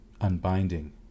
Unbinding